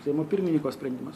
seimo pirmininko sprendimas